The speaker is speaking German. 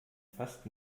fast